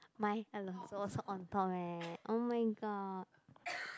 my was also on top eh oh-my-god